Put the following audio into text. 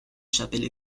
chapelle